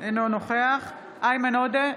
אינו נוכח איימן עודה,